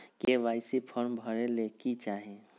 KYC form भरे ले कि चाही?